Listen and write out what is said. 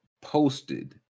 posted